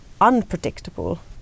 unpredictable